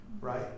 right